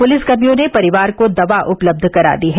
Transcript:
पुलिसकर्मियों ने परिवार को दवा उपलब्ध करा दी है